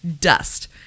dust